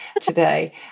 today